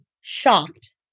shocked